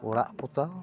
ᱚᱲᱟᱜ ᱯᱚᱛᱟᱣ